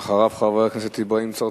ואחריו, חבר הכנסת אברהים צרצור.